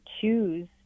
choose